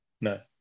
No